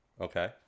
Okay